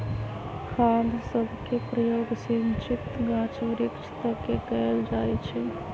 खाद सभके प्रयोग सिंचित गाछ वृक्ष तके कएल जाइ छइ